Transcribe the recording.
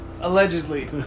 Allegedly